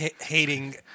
hating